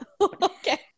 okay